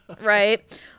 right